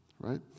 right